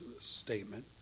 statement